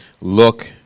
Look